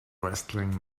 wrestling